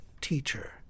teacher